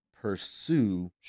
pursue